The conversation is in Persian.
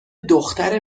دختر